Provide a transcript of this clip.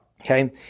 Okay